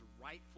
rightful